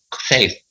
safe